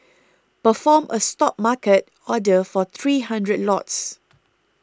perform a Stop market order for three hundred lots